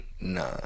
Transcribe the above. Nah